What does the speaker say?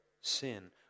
sin